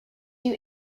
you